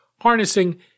harnessing